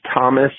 Thomas